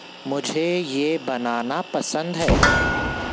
مجھے یہ بنانا پسند ہے